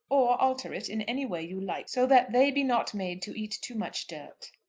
or alter it in any way you like, so that they be not made to eat too much dirt.